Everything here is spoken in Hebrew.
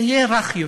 תהיה רך יותר.